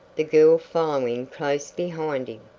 the girl following close behind him.